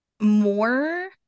more